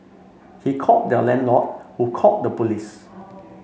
he called their landlord who called the police